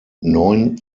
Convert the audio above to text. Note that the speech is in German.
neun